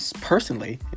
personally